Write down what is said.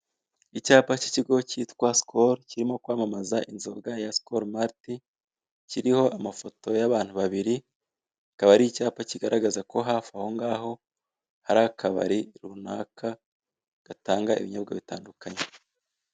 Icapa k'ikigo kitwa sikoro kirimo kwamamaza inzoga ya sikoro mariti, kiriho amafoto abantu babiri, kikaba ari icyapa kigaragaza ko hafi aho ngaho hari akabari runaka gatanga ibinyobwa bitandukanye.